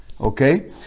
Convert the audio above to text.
okay